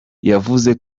yavuze